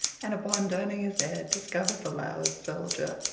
and, upon turning his head, discovered the loud soldier.